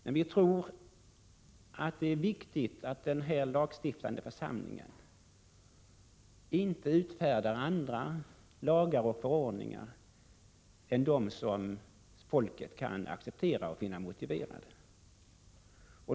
Men vi tror att det är viktigt att denna lagstiftande församling inte utfärdar andra lagar och förordningar än dem som folket kan acceptera och finna motiverade.